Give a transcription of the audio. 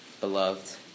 beloved